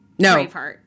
No